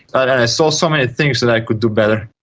but and i saw so many things that i could do better.